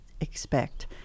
expect